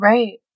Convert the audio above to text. Right